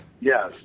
Yes